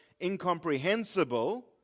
incomprehensible